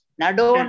Nado